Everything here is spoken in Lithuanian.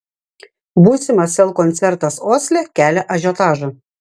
būsimas sel koncertas osle kelia ažiotažą